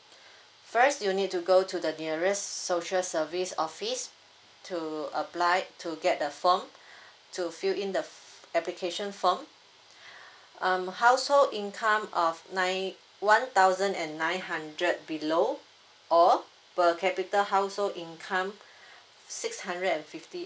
first you need to go to the nearest social service office to apply to get the form to fill in the application form um household income of nine one thousand and nine hundred below or per capita household income six hundred and fifty